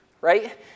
right